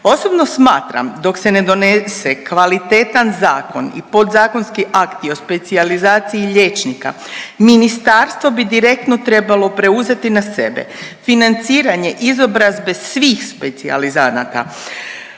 Osobno smatram dok se ne donese kvalitetan zakon i podzakonski akti o specijalizaciji liječnika, ministarstvo bi direktno trebalo preuzeti na sebe financiranje izobrazbe svih specijalizanata.